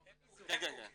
כן, כן.